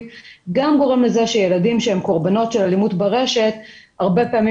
גורם לזה שילדים שהם קורבנות של אלימות ברשת הרבה פעמים